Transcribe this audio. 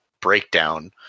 breakdown